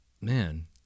man